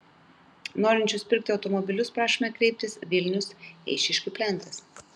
norinčius pirkti automobilius prašome kreiptis vilnius eišiškių plentas